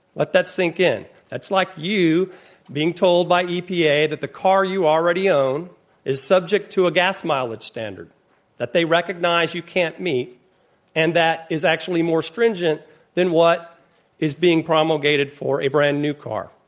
let that sink in. that's like you being told by epa that the car you already own is subject to a gas mileage standard that they recognize you can't meet and that is actually more stringent than what is being promulgated for a brand new car.